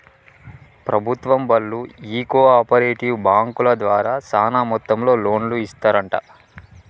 ప్రభుత్వం బళ్ళు ఈ కో ఆపరేటివ్ బాంకుల ద్వారా సాన మొత్తంలో లోన్లు ఇస్తరంట